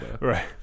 Right